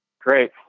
Great